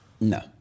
No